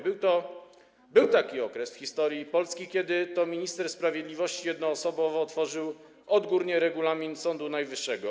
Był taki okres w historii Polski, kiedy to minister sprawiedliwości jednoosobowo tworzył odgórnie regulamin Sądu Najwyższego.